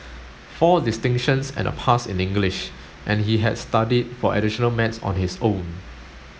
four distinctions and a pass in English and he had studied for additional maths on his own